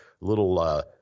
little